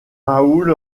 raoul